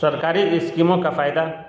سرکاری اسکیموں کا فائدہ